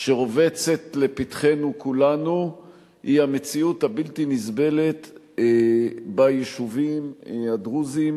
שרובצת לפתחנו כולנו היא המציאות הבלתי נסבלת ביישובים הדרוזיים